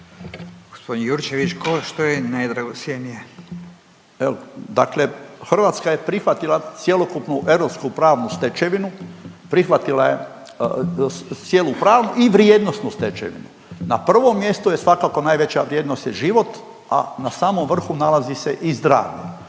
Josip (Nezavisni)** Evo, dakle Hrvatska je prihvatila cjelokupnu europsku pravnu stečevinu, prihvatila je cijelu pravnu i vrijednosnu stečevinu. Na prvom mjestu je svakako najveća vrijednost je život, a na samom vrhu nalazi se i zdravlje.